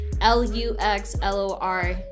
L-U-X-L-O-R